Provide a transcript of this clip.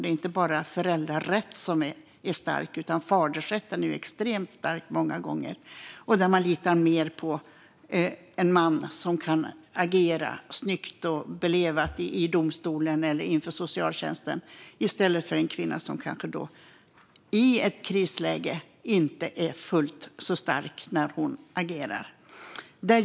Det är inte bara föräldrarätten som är stark, utan fadersrätten är många gånger extremt stark. Man litar ibland mer på en man som kan agera snyggt och belevat i domstolen eller inför socialtjänsten än på en kvinna som i ett krisläge kanske inte är fullt så stark i sitt agerande.